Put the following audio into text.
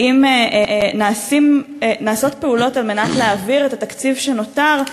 האם נעשות פעולות כדי להעביר את התקציב שנותר,